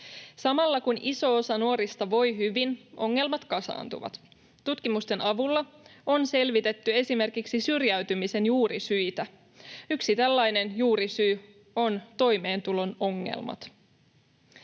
Samalla kun iso osa nuorista voi hyvin, ongelmat kasaantuvat. Tutkimusten avulla on selvitetty esimerkiksi syrjäytymisen juurisyitä. Yksi tällainen juurisyy on toimeentulon ongelmat.